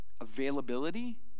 availability